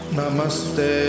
Namaste